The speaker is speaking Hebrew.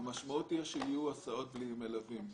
המשמעות הוא שיהיו הסעות בלי מלווים.